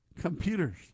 computers